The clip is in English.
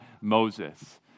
Moses